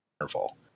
interval